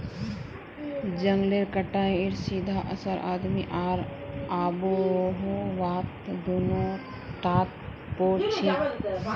जंगलेर कटाईर सीधा असर आदमी आर आबोहवात दोनों टात पोरछेक